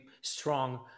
strong